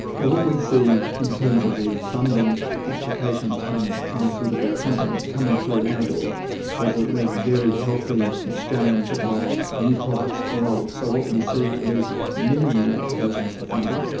what what we see in terms of the funding applications from pharmaceutical companies coming through our door is that there is a very healthy exchange of new products for old. so what we see is many new applications for funding,